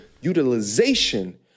utilization